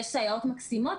יש סייעות מקסימות,